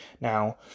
Now